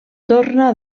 torna